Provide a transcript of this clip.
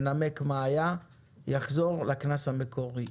הוא ינמק מה היה, יחזור לקנס המקורי.